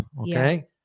okay